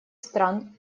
стран